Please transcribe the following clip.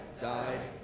died